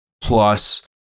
plus